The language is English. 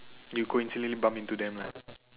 you coincidentally bump into them lah